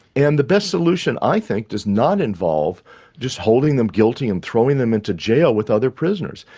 and the best solution, i think, does not involve just holding them guilty and throwing them into jail with other prisoners.